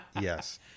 yes